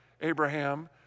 Abraham